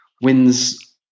wins